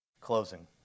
Closing